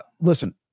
listen